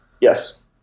Yes